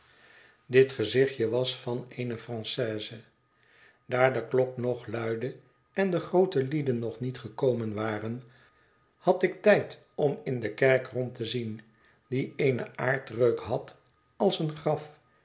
dit gezicht was van eene francaise daar de klok nog luidde en de groote lieden nog niet gekomen waren had ik tijd om in de kerk rond te zien die een aardreuk had als een graf